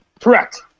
correct